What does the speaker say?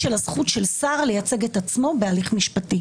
הזכות של שר לייצג את עצמו בהליך משפטי.